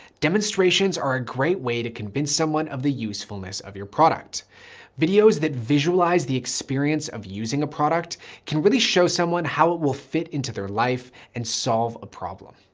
demonstrations are a great way to convince someone of the usefulness of your product videos that visualize the experience of using a product can really show someone how it will fit into their life and solve a problem.